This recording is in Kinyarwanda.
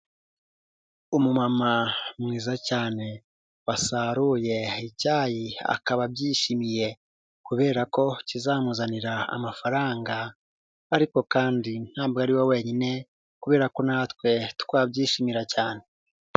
Umumama mwiza cyane wasaruye icyayi akaba abyishimiye kubera ko kizamuzanira amafaranga, ariko kandi ntabwo ari we wenyine kubera ko natwe twabyishimira cyane.